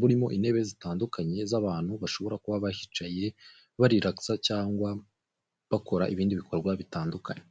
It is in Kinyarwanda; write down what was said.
burimo intebe zitandukanye z'abantu bashobora kuba bahicaye barelakisa cyangwa bakora ibindi bikorwa bitandukanye.